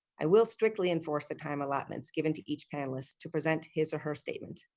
i will strictly enforce the time allotments given to each panelist to present his or her statement.